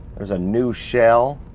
there's a new shell.